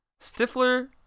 Stifler